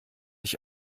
ich